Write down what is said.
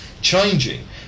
changing